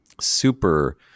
super